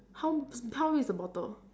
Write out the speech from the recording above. how's how big is the bottle